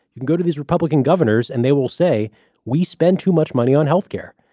you can go to these republican governors and they will say we spend too much money on health care.